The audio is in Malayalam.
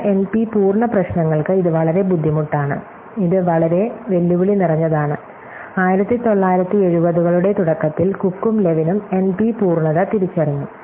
ചില N P പൂർണ്ണ പ്രശ്നങ്ങൾക്ക് ഇത് വളരെ ബുദ്ധിമുട്ടാണ് ഇത് വളരെ വെല്ലുവിളി നിറഞ്ഞതാണ് 1970 കളുടെ തുടക്കത്തിൽ കുക്കും ലെവിനും N P പൂർണ്ണത തിരിച്ചറിഞ്ഞു